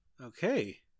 okay